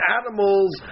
animals